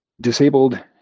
disabled